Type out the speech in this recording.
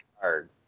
card